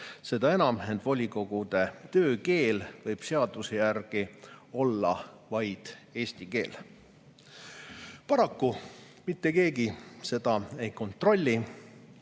Seda enam, et volikogude töökeel võib seaduse järgi olla vaid eesti keel. Paraku mitte keegi seda ei kontrolli.